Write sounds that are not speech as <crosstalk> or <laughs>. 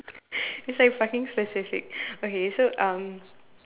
<laughs> it's like fucking specific okay so um